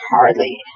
hardly